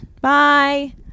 Bye